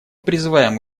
призываем